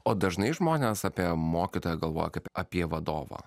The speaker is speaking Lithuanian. o dažnai žmonės apie mokytoją galvoja kaip apie vadovą